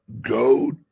go